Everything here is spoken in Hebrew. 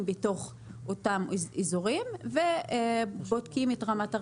בתוך אותם אזורים ובודקים את רמת הריכוזיות.